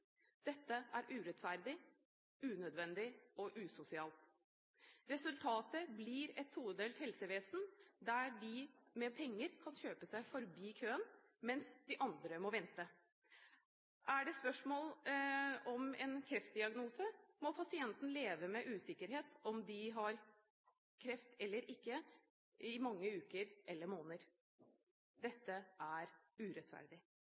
Dette er urettferdig, unødvendig og usosialt. Resultatet blir et todelt helsevesen, der de med penger kan kjøpe seg forbi køen, mens de andre må vente. Er det spørsmål om en kreftdiagnose, må pasientene leve med usikkerhet om hvorvidt de har kreft eller ikke, i mange uker eller måneder. Dette er urettferdig.